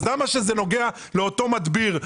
אז למה כשזה נוגע לאותו מדביר,